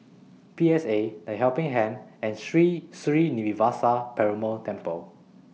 P S A The Helping Hand and Sri Srinivasa Perumal Temple